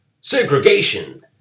Segregation